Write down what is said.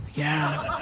yeah!